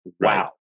wow